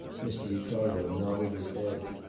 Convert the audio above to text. mr. ricardo nodded his head.